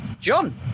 John